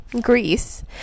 Greece